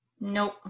nope